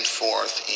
forth